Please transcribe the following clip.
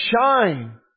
shine